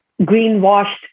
greenwashed